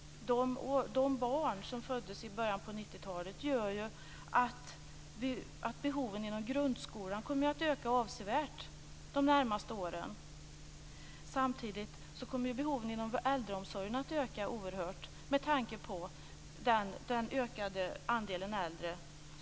De barn som föddes i början på 90-talet gör att behoven inom grundskolan kommer att öka avsevärt de närmaste åren. Samtidigt kommer behoven inom äldreomsorgen att öka oerhört, med tanke på den ökande andelen äldre.